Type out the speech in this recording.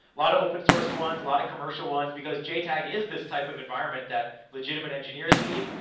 lot of open source ones. a lot of commercial ones, because jtag is this type of environment, that legitimate engineers need.